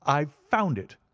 i've found it,